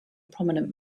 prominent